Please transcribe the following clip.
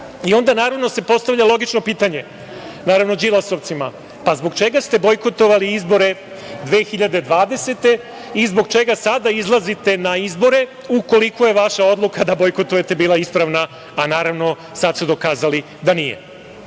I onda se naravno postavlja logično pitanje. Naravno, Đilasovcima, zbog čega ste bojkotovali izbore 2020. godine, i zbog čega sada izlazite na izbore ukoliko je vaša odluka bila da bojkotujete bila ispravna a naravno sada ste dokazali da nije.I